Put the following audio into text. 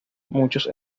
muchos